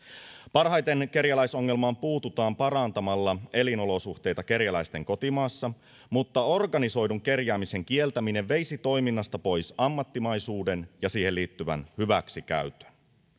parhaiten kerjäläisongelmaan puututaan parantamalla elinolosuhteita kerjäläisten kotimaassa mutta organisoidun kerjäämisen kieltäminen veisi toiminnasta pois ammattimaisuuden ja siihen liittyvän hyväksikäytön